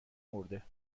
مرده